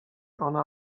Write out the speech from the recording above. ona